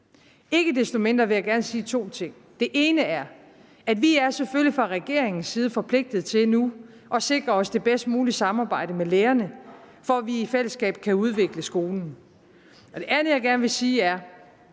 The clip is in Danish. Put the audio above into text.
Ikke desto mindre vil jeg gerne sige to ting. Det ene er, at vi selvfølgelig fra regeringens side er forpligtet til nu at sikre det bedst mulige samarbejde med lærerne, for at vi i fællesskab kan udvikle skolen. Og det andet, jeg gerne vil sige, er,